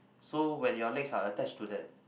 so when your legs are attach to that